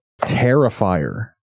Terrifier